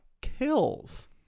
kills